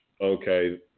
okay